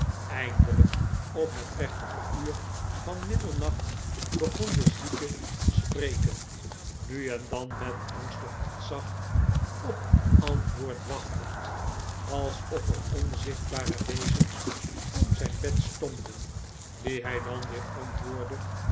eindelijk op het plechtige uur van middernacht begon de zieke te spreken nu en dan met angstig ontzag op antwoord wachtend alsof er onzichtbare wezens om zijn bed stonden die hij dan weer antwoordde